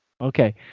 Okay